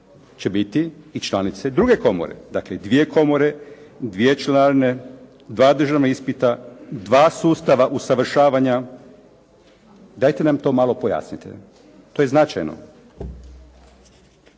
će biti i članice i druge komore? Dakle dvije komore, dviječlane, dva državna ispita, dva sustava usavršavanja. Dajte nam to malo pojasnite. To je značajno.